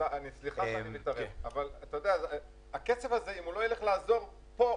אם הכסף הזה לא יעזור פה,